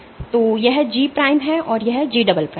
तो यह G' है और यह G" है